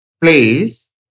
Place